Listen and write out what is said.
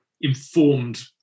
informed